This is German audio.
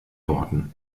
worten